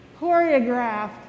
choreographed